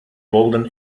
golden